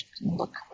look